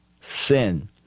sin